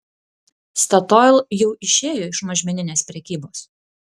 statoil jau išėjo iš mažmeninės prekybos